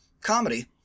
comedy